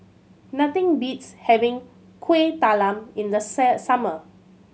nothing beats having Kuih Talam in the summer